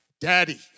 Daddy